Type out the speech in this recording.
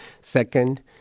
Second